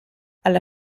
alla